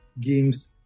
games